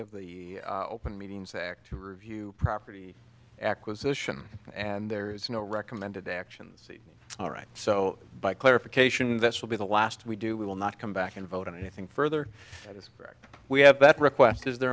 of the open meetings act to review property acquisition and there is no recommended actions all right so by clarification this will be the last we do we will not come back and vote on anything further that is correct we have that request is the